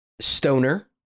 stoner